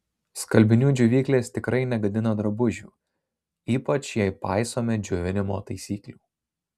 skalbinių džiovyklės tikrai negadina drabužių ypač jei paisome džiovinimo taisyklių